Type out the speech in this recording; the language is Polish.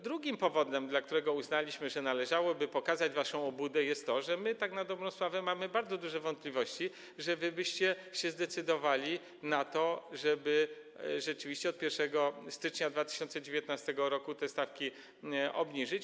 Drugim powodem, dla którego uznaliśmy, że należałoby pokazać waszą obłudę, jest to, że my tak na dobrą sprawę mamy bardzo duże wątpliwości, że wy byście się zdecydowali na to, żeby rzeczywiście od 1 stycznia 2019 r. te stawki obniżyć.